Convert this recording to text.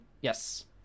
Yes